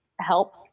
help